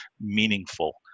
meaningful